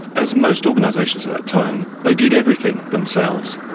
as most organisations at that time, they did everything themselves.